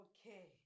Okay